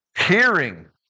Hearing